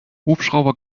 hubschrauber